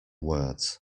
words